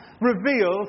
reveals